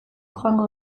joango